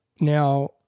Now